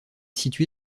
situé